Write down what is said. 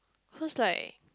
cause like